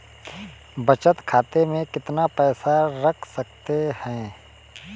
बचत खाते में कितना पैसा रख सकते हैं?